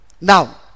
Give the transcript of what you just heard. now